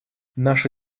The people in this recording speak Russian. наша